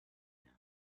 nail